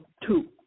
two